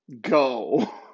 Go